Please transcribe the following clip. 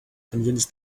convince